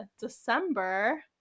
December